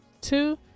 Two